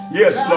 yes